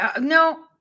No